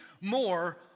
more